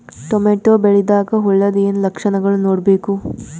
Tomato ಬೆಳಿದಾಗ್ ಹುಳದ ಏನ್ ಲಕ್ಷಣಗಳು ನೋಡ್ಬೇಕು?